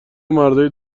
مردای